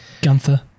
Gunther